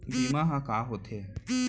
बीमा ह का होथे?